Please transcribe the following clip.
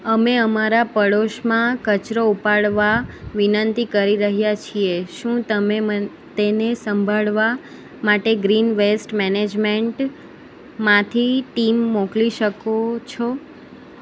અમે અમારા પડોશમાં કચરો ઉપાડવા વિનંતી કરી રહ્યા છીએ શું તમે તેને સંભાળવા માટે ગ્રીન વેસ્ટ મેનેજમેન્ટમાંથી ટીમ મોકલી શકો છો